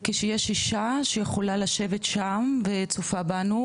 כשיש אישה שיכולה לשבת שם וצופה בנו,